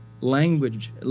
language